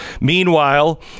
Meanwhile